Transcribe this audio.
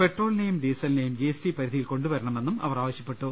പെട്രോളിനെയും ഡീസലിനെയും G S T പരിധിയിൽ കൊണ്ടുവരണമെന്ന് അവർ ആവശ്യപ്പെട്ടു